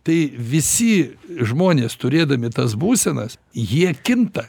tai visi žmonės turėdami tas būsenas jie kinta